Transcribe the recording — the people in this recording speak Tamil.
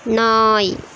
நாய்